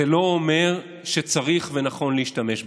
זה לא אומר שצריך ונכון להשתמש בהם.